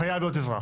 אזרח.